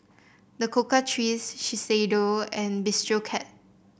The Cocoa Trees Shiseido and Bistro Cat